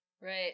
Right